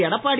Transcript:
Edappadi